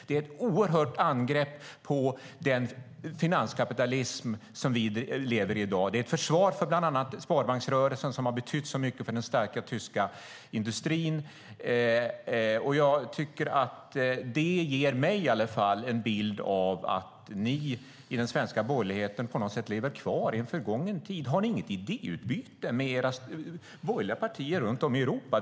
Det är ett oerhört angrepp på den finanskapitalism som vi i dag lever i och ett försvar för bland annat sparbanksrörelsen som har betytt så mycket för den starka tyska industrin. Detta tycker i alla fall jag ger en bild av att ni i den svenska borgerligheten på något sätt lever kvar i en förgången tid. Har ni inget idéutbyte med borgerliga partier runt om i Europa?